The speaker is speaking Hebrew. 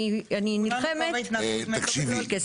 אני נלחמת --- תקשיבי,